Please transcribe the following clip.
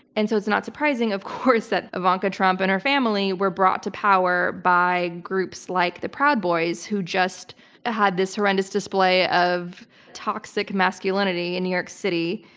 and so it's not surprising surprising of course that ivanka trump and her family were brought to power by groups like the proud boys who just had this horrendous display of toxic masculinity in new york city,